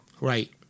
Right